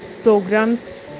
programs